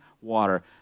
water